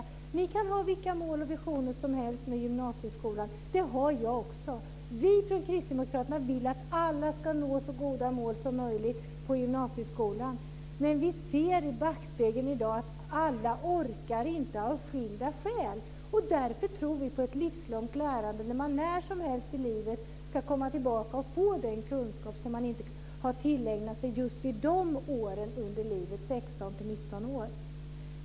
Ni kan ha vilka mål och visioner som helst med gymnasieskolan - det har jag också - men vi kristdemokrater vill att alla ska nå så goda mål som möjligt när det gäller gymnasieskolan. I backspegeln ser vi dock i dag att inte alla orkar, av skilda skäl. Därför tror vi på det livslånga lärandet. När som helst i livet ska man kunna komma tillbaka för att få den kunskap som man inte tillägnat sig då man var i åldern 16-19 år.